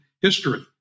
history